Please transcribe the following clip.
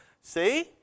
See